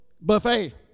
buffet